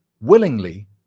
willingly